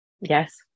Yes